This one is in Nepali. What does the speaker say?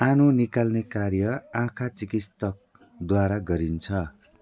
आनो निकाल्ने कार्य आँखा चिकित्सकद्वारा गरिन्छ